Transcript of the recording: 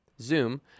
zoom